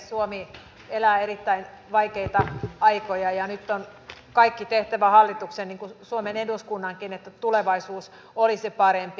suomi elää erittäin vaikeita aikoja ja nyt on kaikki tehtävä hallituksen niin kuin suomen eduskunnankin että tulevaisuus olisi parempi